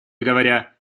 говоря